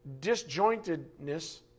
disjointedness